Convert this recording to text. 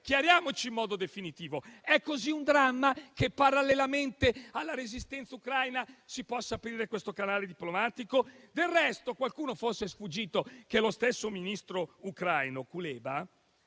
facciamolo in modo definitivo. È un tale dramma ritenere che, parallelamente alla resistenza ucraina, si possa aprire questo canale diplomatico? Del resto, a qualcuno forse è sfuggito che lo stesso ministro ucraino Kuleba